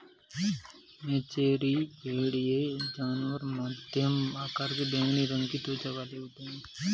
मेचेरी भेड़ ये जानवर मध्यम आकार के बैंगनी रंग की त्वचा वाले होते हैं